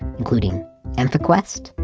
including emphaquest,